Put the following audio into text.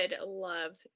love